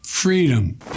Freedom